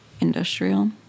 Industrial